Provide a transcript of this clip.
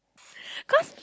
cause